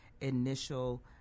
initial